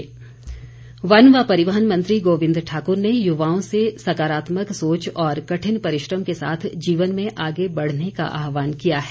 गोविंद ठाकुर वन व परिवहन मंत्री गोविंद ठाकर ने युवाओं से सकारात्मक सोच और कठिन परिश्रम के साथ जीवन में आगे बढ़ने का आहवान किया है